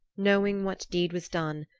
knowing what deed was done,